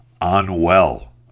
unwell